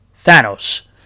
Thanos